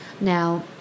Now